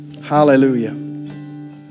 Hallelujah